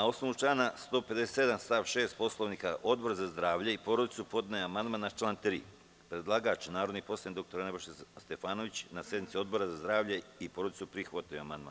Na osnovu člana 157. stav 6. Poslovnika Odbor za zdravlje i porodicu podneo je amandman na član 3. Predlagač narodni poslanik dr Nebojša Stefanović na sednici Odbora za zdravlje i porodicu prihvatio je amandman.